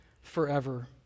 forever